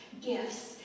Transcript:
gifts